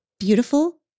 Beautiful